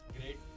Great